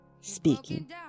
speaking